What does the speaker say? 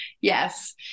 Yes